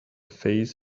face